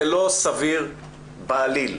זה לא סביר בעליל,